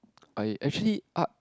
I actually art